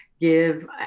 give